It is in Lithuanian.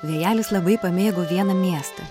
vėjelis labai pamėgo vieną miestą